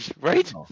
Right